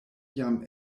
jam